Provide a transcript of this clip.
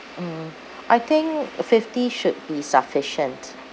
mm I think fifty should be sufficient